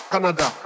Canada